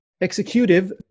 executive